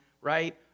right